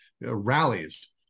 rallies